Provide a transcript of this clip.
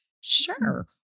Sure